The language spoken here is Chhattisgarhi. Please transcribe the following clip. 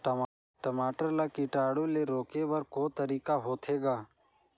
टमाटर ला कीटाणु ले रोके बर को तरीका होथे ग?